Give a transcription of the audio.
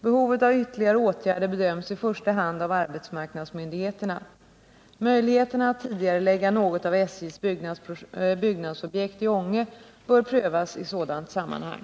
Behovet av ytterligare åtgärder bedöms i första hand av arbetsmarknadsmyndigheterna. Möjligheterna att tidigarelägga något av SJ:s byggnadsobjekt i Ånge bör prövas i sådant sammanhang.